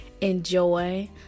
enjoy